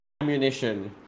ammunition